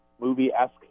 movie-esque